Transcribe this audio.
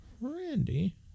Randy